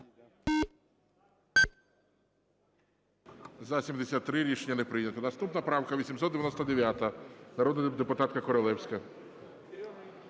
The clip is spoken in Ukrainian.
За-72 Рішення не прийнято. Наступна правка 938 народної депутатки Королевської,